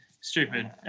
stupid